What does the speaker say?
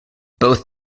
both